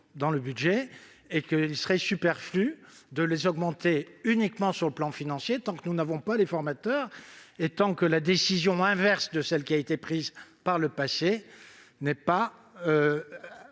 dans le budget et qu'il serait superflu de les augmenter, tant que nous n'avons pas les formateurs et que la décision inverse de celle qui a été prise par le passé n'est pas